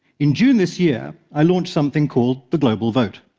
in june this year, i launched something called the global vote.